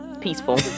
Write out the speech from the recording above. peaceful